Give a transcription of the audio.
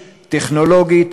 טכנולוגי,